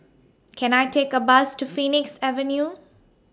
Can I Take A Bus to Phoenix Avenue